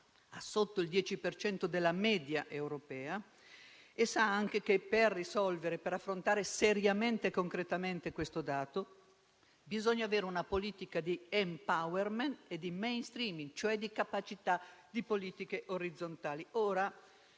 rispetto alla media europea e sa anche che per affrontare e seriamente concretamente questo dato bisogna avere una politica di *empowerment* e di *mainstreaming*, cioè di capacità di politiche orizzontali.